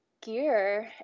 gear